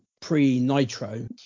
pre-Nitro